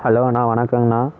ஹலோண்ணா வணக்கங்கண்ணா